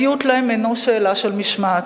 הציות להם אינו שאלה של משמעת.